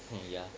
hmm ya